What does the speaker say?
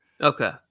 Okay